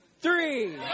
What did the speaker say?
three